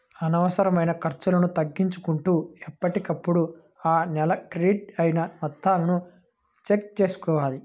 అనవసరమైన ఖర్చులను తగ్గించుకుంటూ ఎప్పటికప్పుడు ఆ నెల క్రెడిట్ అయిన మొత్తాలను చెక్ చేసుకోవాలి